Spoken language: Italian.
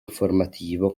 informativo